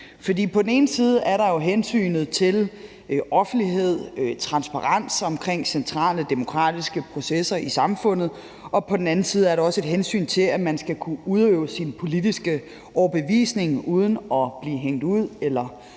på den ene side er der jo hensynet til offentlighed og transparens omkring centrale demokratiske processer i samfundet, og på den anden side er der også et hensyn til, at man skal kunne udøve sin politiske overbevisning uden at blive hængt ud eller udskammet